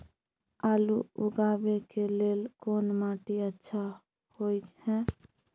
आलू उगाबै के लेल कोन माटी अच्छा होय है?